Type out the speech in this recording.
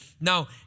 Now